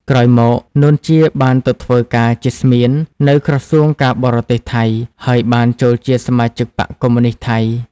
ក្រោយមក នួន ជា បានទៅធ្វើការជាស្មៀន នៅក្រសួងការបរទេសថៃ ហើយបានចូលជាសមាជិកបក្សកុម្មុយនិស្តថៃ។